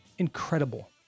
Incredible